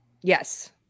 Yes